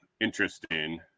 Interesting